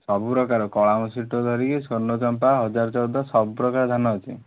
ସବୁ ପ୍ରକାର କଳା ମଶୁରିଠୁ ଧରିକି ସ୍ୱର୍ଣ୍ଣଚମ୍ପା ହଜାର ଚଉଦ ସବୁ ପ୍ରକାର ଧାନ ଅଛି